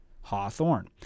hawthorn